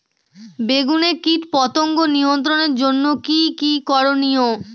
বেগুনে কীটপতঙ্গ নিয়ন্ত্রণের জন্য কি কী করনীয়?